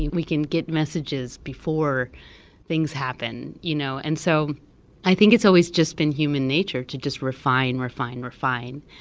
and we can get messages before things happen you know and so i think it's always just been human nature to just refine, refine, refine,